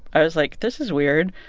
i was like, this is weird.